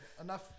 enough